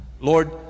Lord